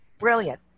Brilliant